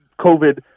COVID